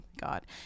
God